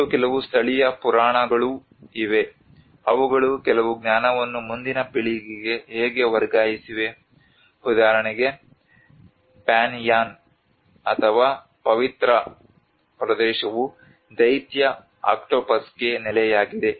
ಮತ್ತು ಕೆಲವು ಸ್ಥಳೀಯ ಪುರಾಣಗಳೂ ಇವೆ ಅವುಗಳು ಕೆಲವು ಜ್ಞಾನವನ್ನು ಮುಂದಿನ ಪೀಳಿಗೆಗೆ ಹೇಗೆ ವರ್ಗಾಯಿಸಿವೆ ಉದಾಹರಣೆಗೆ ಪನ್ಯಾನ್ ಅಥವಾ ಪವಿತ್ರ ಪ್ರದೇಶವು ದೈತ್ಯ ಆಕ್ಟೋಪಸ್ಗೆ ನೆಲೆಯಾಗಿದೆ